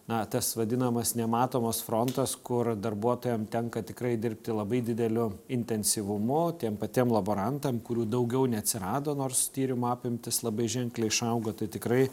na tas vadinamas nematomas frontas kur darbuotojam tenka tikrai dirbti labai dideliu intensyvumu tiem patiem laborantam kurių daugiau neatsirado nors tyrimų apimtys labai ženkliai išaugo tai tikrai